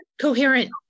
coherent